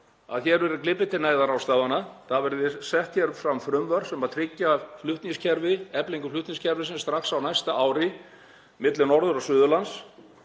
að hér verði gripið til neyðarráðstafana, að það verði sett hér fram frumvörp sem tryggja eflingu flutningskerfisins strax á næsta ári milli Norður- og Suðurlands.